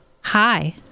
hi